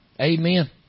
Amen